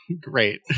Great